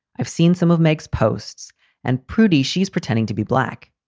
i've seen some of makes posts and prudy, she's pretending to be black.